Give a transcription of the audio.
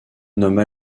nomme